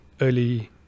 early